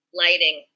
lighting